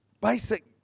basic